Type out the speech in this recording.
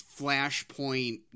flashpoint